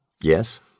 Yes